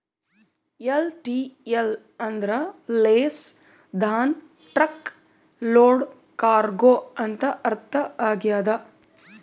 LTL ಅಂದ್ರ less than truck load cargo ಅಂತ ಅರ್ಥ ಆಗ್ಯದ